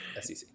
SEC